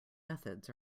methods